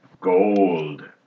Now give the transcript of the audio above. Gold